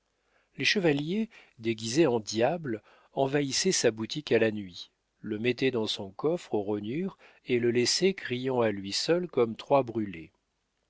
les chevaliers déguisés en diables envahissaient sa boutique à la nuit le mettaient dans son coffre aux rognures et le laissaient criant à lui seul comme trois brûlés